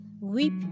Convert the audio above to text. Weep